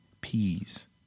peas